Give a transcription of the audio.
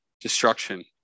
destruction